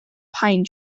pine